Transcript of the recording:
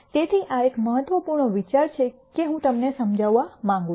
તેથી આ એક મહત્વપૂર્ણ વિચાર છે કે હું તમને સમજવા માંગું છું